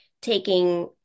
taking